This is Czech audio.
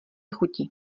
chuti